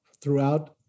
throughout